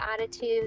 attitude